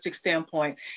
standpoint